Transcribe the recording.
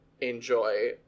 enjoy